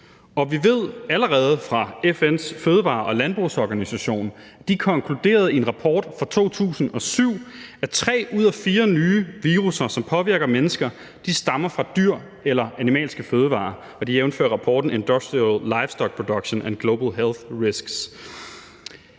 vi ved allerede, at FN's fødevare-og landbrugsorganisation konkluderede i en rapport fra 2007, at tre ud af fire nye virusser, som påvirker mennesker, stammer fra dyr eller animalske fødevarer, og det er jævnfør rapporten »Industrial Lifestock Production and Global Health Risks«.